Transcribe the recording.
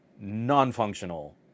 non-functional